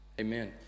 Amen